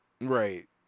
right